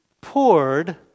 poured